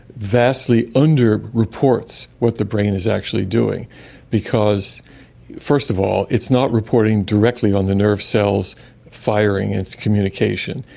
vastly under-reports what the brain is actually doing because first of all it's not reporting directly on the nerve cells firing its communication,